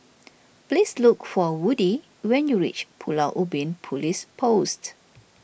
please look for Woodie when you reach Pulau Ubin Police Post